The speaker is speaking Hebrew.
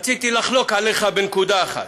רציתי לחלוק עליך בנקודה אחת: